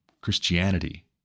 Christianity